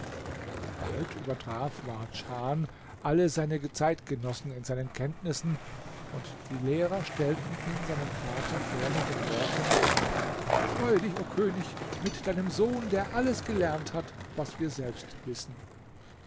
bald übertraf wardchan alle seine zeitgenossen in seinen kenntnissen und die lehrer stellten ihn seinem vater vor mit den worten freue dich o könig mit deinem sohn der alles gelernt hat was wir selbst wissen